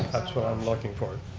that's what i'm looking for.